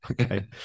Okay